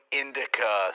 indica